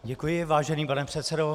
Děkuji, vážený pane předsedo.